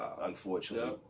unfortunately